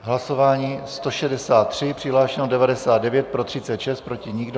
Hlasování 163, přihlášeno 99, pro 36, proti nikdo.